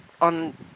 on